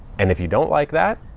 and if you don't like that,